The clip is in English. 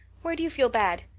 where do you feel bad?